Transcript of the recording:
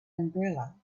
umbrella